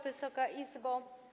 Wysoka Izbo!